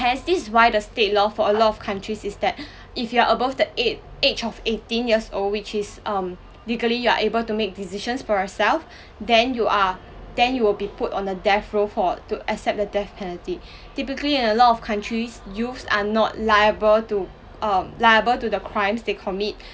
hence this why the state law for a lot of countries is that if you are above the eight age of eighteen years old which is um legally you are able to make decisions for yourself then you are then you will be put on death row for to accept the death penalty typically in a lot of countries youths are not liable to um liable to the crimes they commit